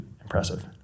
impressive